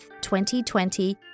2020